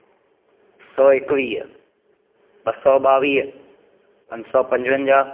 सौ एकवीह ॿ सौ बावीह पंज सौ पंजवंजाहु